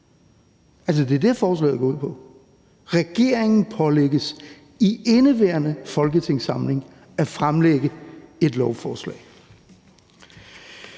Det er det, forslaget går ud på: Regeringen pålægges i indeværende folketingssamling at fremsætte et lovforslag.